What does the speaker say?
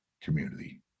community